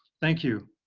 thank you.